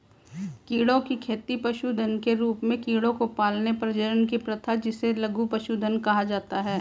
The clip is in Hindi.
कीड़ों की खेती पशुधन के रूप में कीड़ों को पालने, प्रजनन करने की प्रथा जिसे लघु पशुधन कहा जाता है